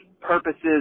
purposes